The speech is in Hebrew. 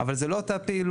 אבל זו לא אותה הפעילות.